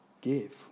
give